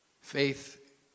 Faith